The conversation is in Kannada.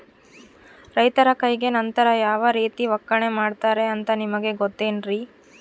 ರೈತರ ಕೈಗೆ ನಂತರ ಯಾವ ರೇತಿ ಒಕ್ಕಣೆ ಮಾಡ್ತಾರೆ ಅಂತ ನಿಮಗೆ ಗೊತ್ತೇನ್ರಿ?